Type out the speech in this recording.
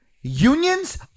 unions